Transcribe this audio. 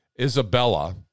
Isabella